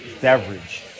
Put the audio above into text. beverage